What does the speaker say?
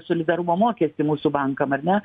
solidarumo mokestį mūsų bankam ar ne